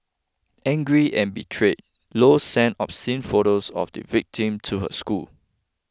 angry and betrayed Low sent obscene photos of the victim to her school